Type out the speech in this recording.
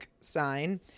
sign